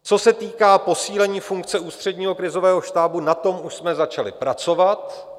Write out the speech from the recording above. Co se týká posílení funkce Ústředního krizového štábu, na tom už jsme začali pracovat.